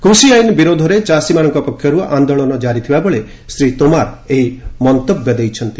କୃଷି ଆଇନ ବିରୋଧରେ ଚାଷୀମାନଙ୍କ ପକ୍ଷରୁ ଆନ୍ଦୋଳନ କାରି ଥିବାବେଳେ ଶ୍ରୀ ତୋମାର ଏହି ମନ୍ତବ୍ୟ ଦେଇଛନ୍ତି